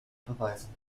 beweisen